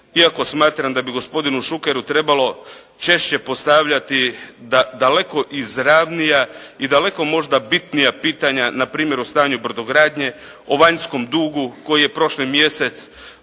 iako smatram da bi gospodinu Šukeru trebalo češće postavljati daleko izravnija i daleko možda bitnija pitanja, na primjer o stanju brodogradnje, o vanjskom dugu koji je prošli mjesec